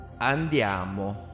andiamo